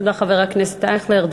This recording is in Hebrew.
תודה, חבר הכנסת אייכלר.